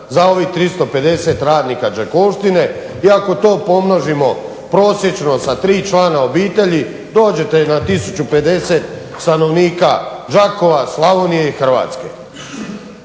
za ovih 350 radnika "Đakovštine" i ako to pomnožimo prosječno sa 3 člana obitelji dođete na 1050 stanovnika Đakova, Slavonije i Hrvatske.